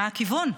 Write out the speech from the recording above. מה הכיוון,